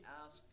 ask